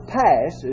pass